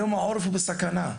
היום העורף הוא בסכנה,